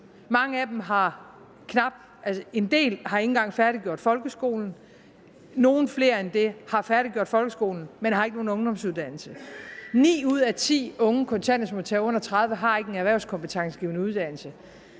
En del af dem har ikke engang færdiggjort folkeskolen, lidt flere end dem har færdiggjort folkeskolen, man har ikke nogen ungdomsuddannelse. Ni ud af ti unge kontanthjælpsmodtagere under 30 år har ikke en erhvervskompetencegivende uddannelse.